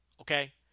okay